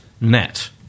net